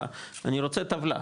אני רוצה טבלה,